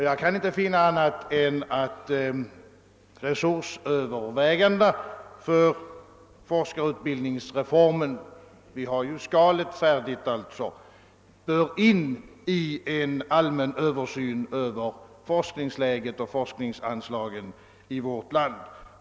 Jag kan inte finna annat än att resursövervägandena för forskarutbildningsreformen — vi har endast skalet färdigt — hör in i en allmän översyn över forskningsläget och forskningsanslagen i vårt land.